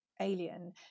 alien